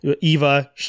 Eva